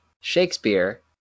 Shakespeare